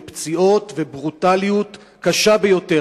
פציעות וברוטליות קשה ביותר?